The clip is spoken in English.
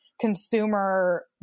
consumer